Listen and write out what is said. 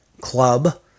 club